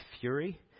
fury